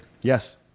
Yes